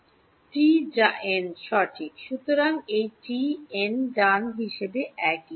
t যা n সঠিক সুতরাং এই টি এন ডান হিসাবে একই